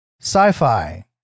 Sci-fi